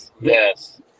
Yes